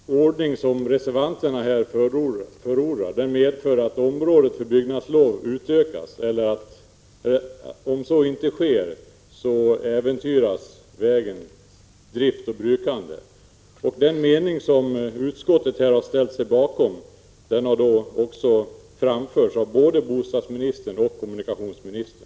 Herr talman! Den ordning som reservanterna förordar medför att området för byggnadslov utökas. Det är olyckligt, men skulle bli nödvändigt för att inte äventyra vägens drift. Den mening som utskottet har ställt sig bakom har framförts av både bostadsministern och kommunikationsministern.